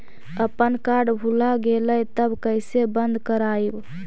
अपन कार्ड भुला गेलय तब कैसे बन्द कराइब?